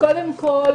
קודם כול,